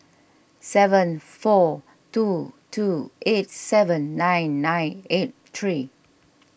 seven four two two eight seven nine nine eight three